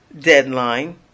deadline